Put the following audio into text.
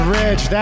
rich